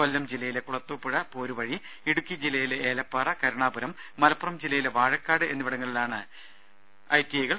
കൊല്ലം ജില്ലയിലെ കുളത്തൂപ്പുഴ പോരുവഴി ഇടുക്കി ജില്ലയിലെ ഏലപ്പാറ കരുണാപുരം മലപ്പുറം ജില്ലയിലെ വാഴക്കാട് എന്നിവിടങ്ങളിലാണ് പുതിതിയ ഐ ടി ഐ കൾ